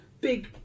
big